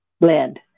blend